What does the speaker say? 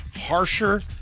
harsher